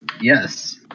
Yes